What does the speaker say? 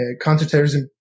counterterrorism